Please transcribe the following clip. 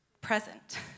present